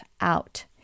out